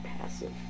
passive